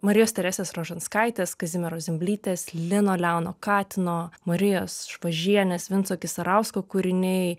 marijos teresės rožanskaitės kazimieros zimblytės lino leono katino marijos švažienės vinco kisarausko kūriniai